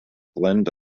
blend